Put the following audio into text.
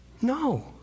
No